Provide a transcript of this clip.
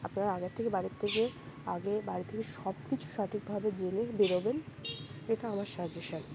আপনারা আগের থেকে বাড়ির থেকে আগে বাড়ি থেকে সব কিছু সঠিকভাবে জেনেই বেরোবেন এটা আমার সাজেশন